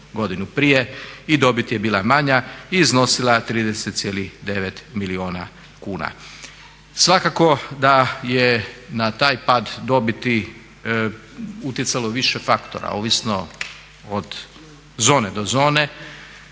godinu prije i dobit je bila manje i iznosila 30,9 milijuna kuna. Svakako da je na taj pad dobiti utjecalo više faktora ovisno od zone do zone